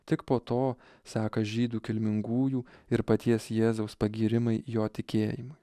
tik po to seka žydų kilmingųjų ir paties jėzaus pagyrimai jo tikėjimui